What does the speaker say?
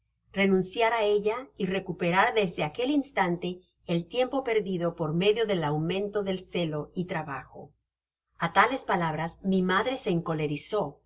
renunciar á ella y recuperar desde aquel instante el tiempo perdido por medio del aumento del celo y trabajo a tales palabras mi madre se encolerizó